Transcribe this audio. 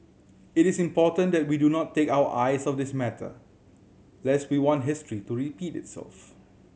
it is important that we do not take our eyes off this matter lest we want history to repeat itself